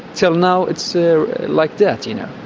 till now it's ah like death, you know,